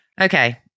Okay